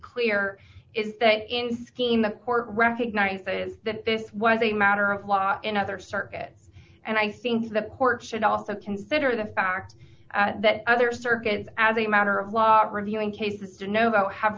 clear is that in scheme the court recognized that this was a matter of law in other circuit and i think the court should also consider the fact that other circuits as a matter of law revealing cases to know about have